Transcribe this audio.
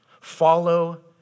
Follow